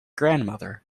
grandmother